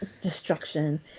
destruction